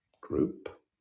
group